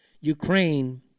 Ukraine